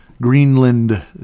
greenland